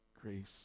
Grace